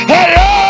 Hello